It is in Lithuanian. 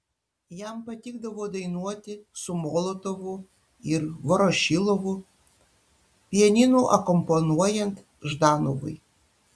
jam patikdavo dainuoti su molotovu ir vorošilovu pianinu akompanuojant ždanovui